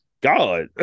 God